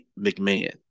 McMahon